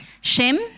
Shem